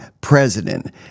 president